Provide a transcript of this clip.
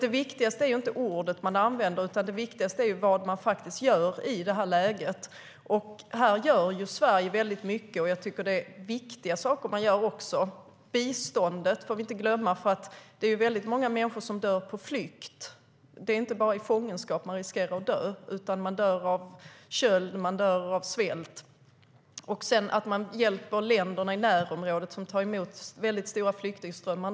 Det viktigaste är alltså inte vilket ord man använder, utan det viktigaste är vad man faktiskt gör i det här läget. Sverige gör väldigt mycket, och jag tycker att det är viktiga saker man gör. Biståndet får vi inte glömma, för det är väldigt många människor som dör på flykt. Det är inte bara i fångenskap människor riskerar att dö, utan människor dör även av köld och av svält. Det handlar även om att hjälpa länderna i närområdet, som nu tar emot mycket stora flyktingströmmar.